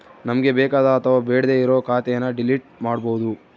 ನಮ್ಗೆ ಬೇಕಾದ ಅಥವಾ ಬೇಡ್ಡೆ ಇರೋ ಖಾತೆನ ಡಿಲೀಟ್ ಮಾಡ್ಬೋದು